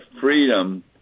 freedom